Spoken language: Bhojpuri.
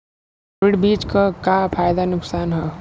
हाइब्रिड बीज क का फायदा नुकसान ह?